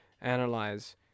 analyze